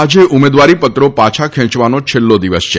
આજે ઉમેદવારીપત્રો પાછા ખેંચવાનો છેલ્લો દિવસ છે